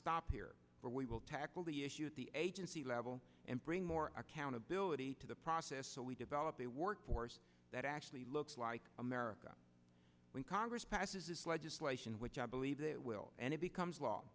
stop here for we will tackle the issue at the agency level and bring more accountability to the process so we develop a workforce that actually looks like america when congress passes this legislation which i believe it will and it becomes law